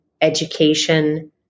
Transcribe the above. education